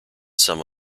some